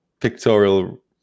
pictorial